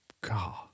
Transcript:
God